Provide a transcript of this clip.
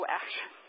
action